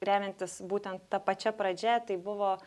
remiantis būtent ta pačia pradžia tai buvo